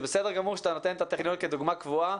זה בסדר גמור שאתה נותן את הטכניון כדוגמה קבועה,